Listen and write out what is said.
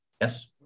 Yes